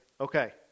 okay